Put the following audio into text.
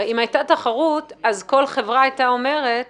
הרי אם הייתה תחרות, כל חברה הייתה אומרת